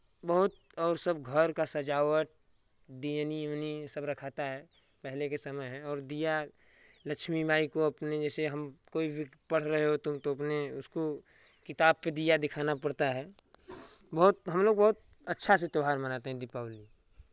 बहुत और सब घर का सजावट दियनी उनी इसब रखाता है पहले के समय है और दीया लक्ष्मी माई को अपने जैसे हम कोई भी पढ़ रहे हो तो तुम तो अपने उसको किताब के दीया दिखाना पड़ता है बहुत हम लोग बहुत अच्छा से त्यौहार मनाते हैं दीपावली